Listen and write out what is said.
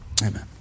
amen